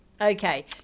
Okay